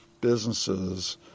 businesses